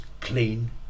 clean